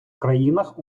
країнах